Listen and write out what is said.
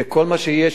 וכל מה שיש,